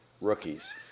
Rookies